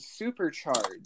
supercharge